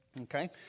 Okay